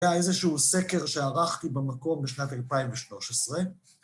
היה איזשהו סקר שערכתי במקור בשנת 2013.